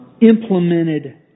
implemented